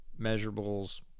measurables